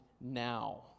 now